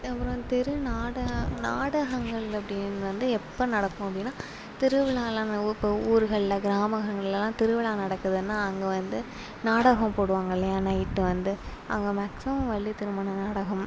அப்புறோம் தெரு நாடக நாடகங்கள் அப்படின்னு வந்து எப்போ நடக்கும் அப்படின்னா திருவிழாலனா இப்போ ஊருகள்ல கிராமஹங்கள்லாம் திருவிழா நடக்குதுன்னா அங்கே வந்து நாடகம் போடுவாங்க இல்லையா நைட்டு வந்து அங்கே மேக்சிமம் வள்ளி திருமணம் நாடகம்